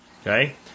Okay